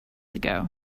ago